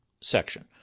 section